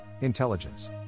intelligence